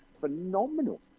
phenomenal